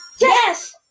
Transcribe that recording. Yes